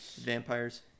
Vampires